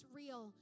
real